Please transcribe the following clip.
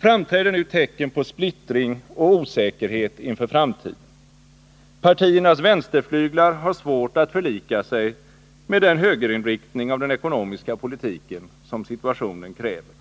framträder nu tecken på splittring och osäkerhet inför framtiden — partiernas vänsterflyglar har svårt att förlika sig med den högerinriktning av den ekonomiska politiken som situationen kräver.